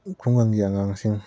ꯈꯨꯡꯒꯪꯒꯤ ꯑꯉꯥꯡꯁꯤꯡ